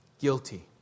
Guilty